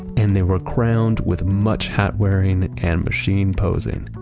and they were crowned with much hat-wearing and machine-posing.